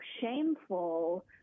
shameful